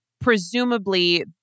presumably